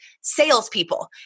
salespeople